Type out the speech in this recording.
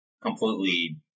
completely